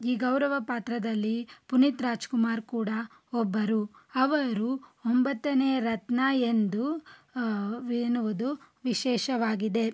ಈ ಗೌರವ ಪಾತ್ರದಲ್ಲಿ ಪುನೀತ್ ರಾಜ್ಕುಮಾರ್ ಕೂಡ ಒಬ್ಬರು ಅವರು ಒಂಬತ್ತನೇ ರತ್ನ ಎಂದು ವೆನುವುದು ವಿಶೇಷವಾಗಿದೆ